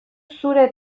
zure